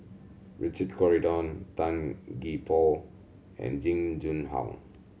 Richard Corridon Tan Gee Paw and Jing Jun Hong